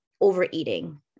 overeating